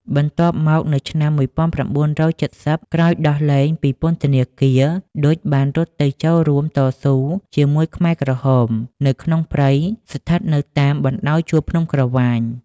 បន្ទាប់មកនៅឆ្នាំ១៩៧០ ក្រោយដោះលែងពីពន្ធនាគារ ឌុច បានរត់ទៅចូលរួមតស៊ូជាមួយខ្មែរក្រហម នៅក្នុងព្រៃ ស្ថិតនៅតាមបណ្តោយជួរភ្នំក្រវ៉ាញ។